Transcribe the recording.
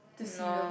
to see them